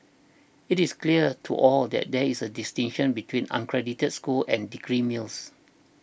it is clear to all that there is a distinction between unaccredited schools and degree mills